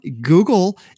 Google